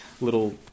little